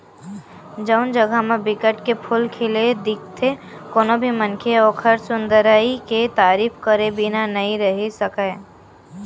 जउन जघा म बिकट के फूल खिले दिखथे कोनो भी मनखे ह ओखर सुंदरई के तारीफ करे बिना नइ रहें सकय